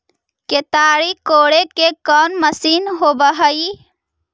केताड़ी कोड़े के कोन मशीन होब हइ?